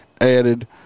added